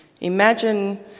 imagine